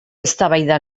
eztabaida